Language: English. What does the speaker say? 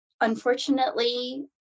unfortunately